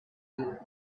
you